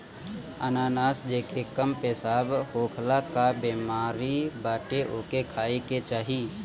अनानास जेके कम पेशाब होखला कअ बेमारी बाटे ओके खाए के चाही